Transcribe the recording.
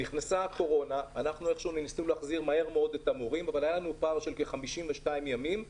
בעקבות הקורונה צברנו פער של 52 ימים.